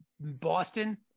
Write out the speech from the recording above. boston